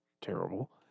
terrible